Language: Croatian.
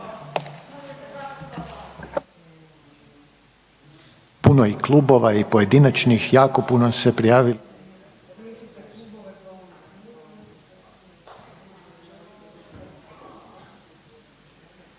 Puno je klubova i pojedinačnih, jako puno se .../Govornik